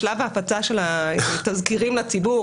בשלב ההפצה של התזכירים לציבור,